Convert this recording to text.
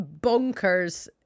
bonkers